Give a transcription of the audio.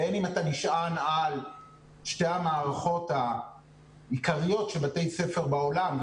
בין אם אתה נשען על שתי המערכות העיקריות של בתי ספר בעולם,